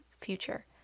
future